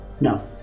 No